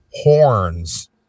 horns